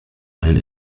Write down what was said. allen